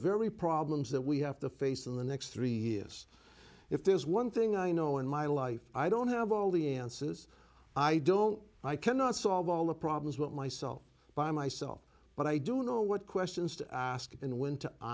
very problems that we have to face in the next three years if there's one thing i know in my life i don't have all the answers i don't i cannot solve all the problems with myself by myself and i do know what questions to ask and whe